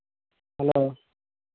hello